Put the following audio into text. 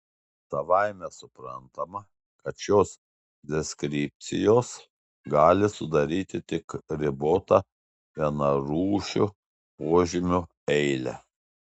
savaime suprantama kad šios deskripcijos gali sudaryti tik ribotą vienarūšių požymių eilę